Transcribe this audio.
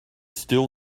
still